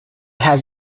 has